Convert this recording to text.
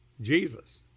Jesus